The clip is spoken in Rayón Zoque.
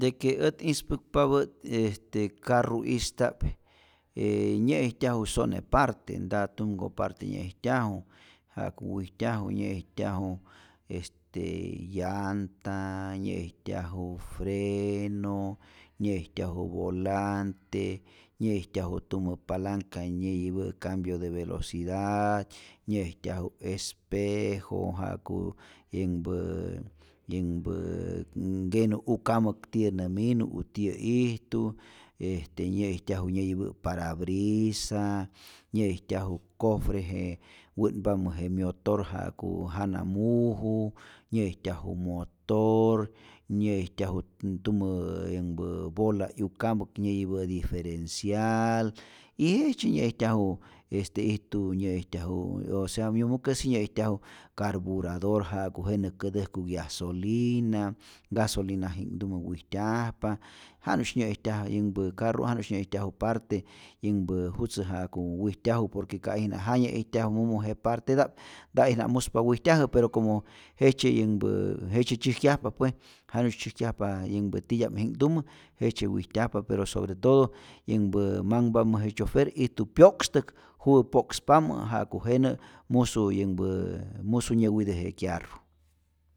De que ät ispäkpapä't, este karru'ista'p ee nye'ijtyaju sone parte, nta tumko parte nyä'ijtyaju, ja'ku wijtyaju nyä'ijtyaju este llant, nyä'ijtyaju frno, nyä'ijtyaju voooolante, nyä'ijtyaju tumä palanca nyäyipä' cambio de velocidd, nyä'ijtyaju espjo ja'ku yänhpäää yänhpäää nkenu ukamäk tiyä nä minu u tiyä ijtu, este nyä'ijtyaju nyäyipä' parabrisa, nyä'ijtyaju cofre je wä'npamä je myotor ja'ku jana muju, nyä'ijtyaju motooor, nyä'ijtyaju n tumä yänhpä bola 'yukamäk nyäyipä' diferencialll, y jejtzye nyä'ijtyaju, este ijtu nyä'ijtyaju o sea myumukäsi nyä'ijtyaju carburador ja'ku jenä kätäjku nguiasolina, gasolina ji'knhtumä wijtyajpa, janu'sy nyä'ijtyaj yänhpä karru' janu'sy nyäijtyaju parte yänhpä jutzä ja'ku wijtyaju, por que ka ijna ja nyä'ijtyajä mumu je parteta'p nta'ijna muspa wijtyajä, pero como jejtzye yanhpä jejtzye tzyäjkyajpa pue, janu'sy tzyäjkyajpa yänhpä titya'mji'knhtumä, jejtzye wijtyajpa pero sobre todo yänhpä manhpamä je chofer ijtu pyo'kstäk, juwä po'kspamä ja'ku jenä musu yänhpä musu nyäwitä je kyarru.